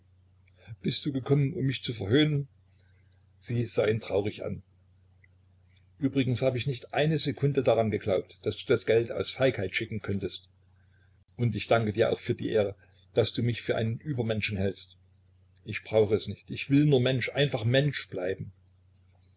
bist du gekommen um mich zu verhöhnen sie sah ihn traurig an übrigens hab ich nicht eine sekunde daran geglaubt daß du das geld aus feigheit schicken könntest und ich danke dir auch für die ehre daß du mich für einen übermenschen hältst ich brauche es nicht ich will nur mensch einfach mensch bleiben